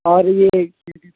اور یہ کہ